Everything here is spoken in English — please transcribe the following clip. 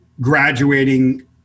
graduating